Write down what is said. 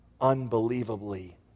unbelievably